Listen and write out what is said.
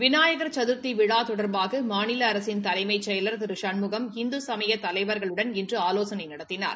விநாயகா் சதுத்தி விழா தொடா்பாக மாநில அரசின் தலைமைச் செயலா் திரு சண்முகம் இந்து சமய தலைவர்களுடன் இன்று ஆலோசனை நடத்தினார்